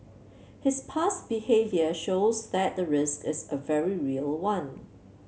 his past behaviour shows that the risk is a very real one